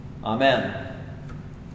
Amen